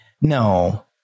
no